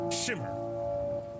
shimmer